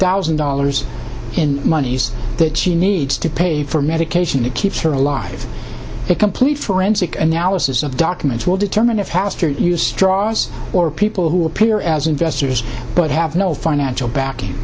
thousand dollars in monies that she needs to pay for medication to keep her alive a complete forensic analysis of documents will determine if hastert draws or people who appear as investors but have no financial back